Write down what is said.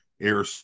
air